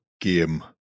game